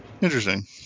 Interesting